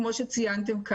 כמו שציינתם.